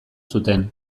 zuten